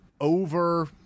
over